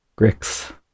Grix